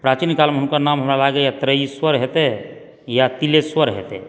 प्राचीन कालमे हुनकर नाम हमरा लागैए त्रयिश्वर हेतय या तिलेश्वर हेतय